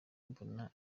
mbona